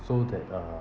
so that uh